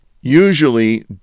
usually